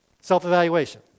self-evaluation